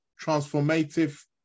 transformative